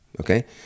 okay